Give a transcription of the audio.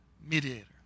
mediator